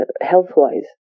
health-wise